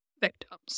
victims